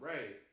Right